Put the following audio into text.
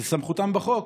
זו סמכותם בחוק,